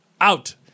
Out